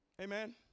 Amen